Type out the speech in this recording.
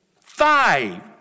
Five